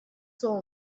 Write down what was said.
soul